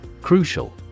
Crucial